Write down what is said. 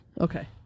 Okay